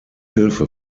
hilfe